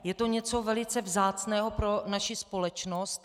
Je to něco velice vzácného pro naši společnost.